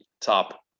top